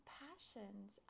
passions